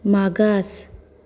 मागास